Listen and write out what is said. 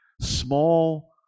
small